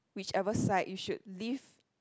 whichever side you should leave